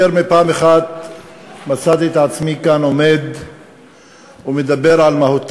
יותר מפעם אחת מצאתי את עצמי עומד כאן ומדבר על המהות